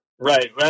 Right